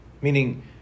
Meaning